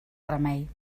remei